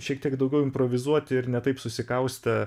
šiek tiek daugiau improvizuoti ir ne taip susikaustę